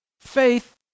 Faith